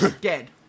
dead